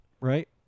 Right